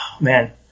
Man